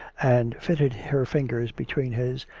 and fitted her fingers between his,